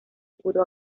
pudo